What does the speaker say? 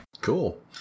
Cool